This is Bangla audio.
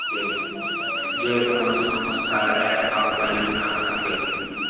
যে কোনো সংস্থার এক ভাগ মালিকানা থাকে